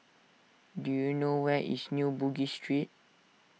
do you know where is New Bugis Street